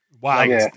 Wow